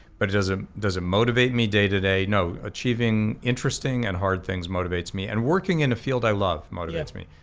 but does ah does it motivate me day to day, no, achieving interesting and hard things motivates me, and working in a field i love motivates me,